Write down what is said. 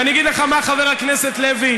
ואני אגיד לך מה, חבר הכנסת לוי.